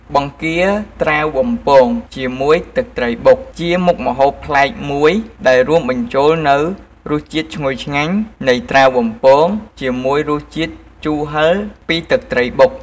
បង្គាត្រាវបំពងជាមួយទឹកត្រីបុក ជាមុខម្ហូបប្លែកមួយដែលរួមបញ្ចូលនូវរសជាតិឈ្ងុយឆ្ងាញ់នៃត្រាវបំពង ជាមួយរសជាតិជូរហឹរពីទឹកត្រីបុក។